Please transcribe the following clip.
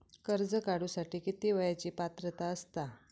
कर्ज काढूसाठी किती वयाची पात्रता असता?